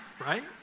Right